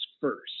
first